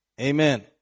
Amen